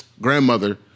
grandmother